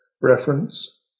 reference